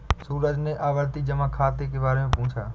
सूरज ने आवर्ती जमा खाता के बारे में पूछा